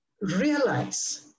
realize